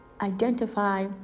identify